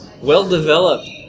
well-developed